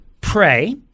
pray